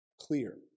Clear